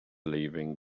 leaving